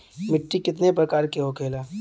मिट्टी कितने प्रकार के होखेला?